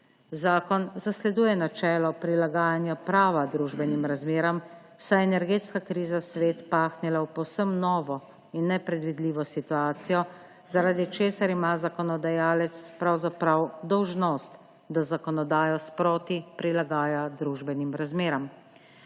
Zakon zasleduje načelo prilagajanja prava družbenim razmeram, saj je energetska kriza svet pahnila v povsem novo in nepredvidljivo situacijo, zaradi česar ima zakonodajalec pravzaprav dolžnost, da zakonodajo sproti prilagaja družbenim razmeram.